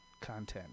content